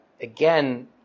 again